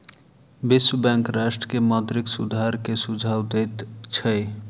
विश्व बैंक राष्ट्र के मौद्रिक सुधार के सुझाव दैत छै